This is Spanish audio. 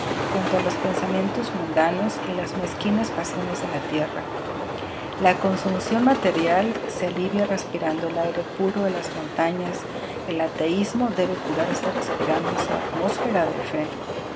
contra los pensamientos mundanos y las mezquinas pasiones de la tierra la consunción material se alivia respirando el aire puro de las montañas el ateismodebe curarse respirando su atmósfera de fe